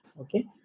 Okay